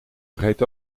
vergeet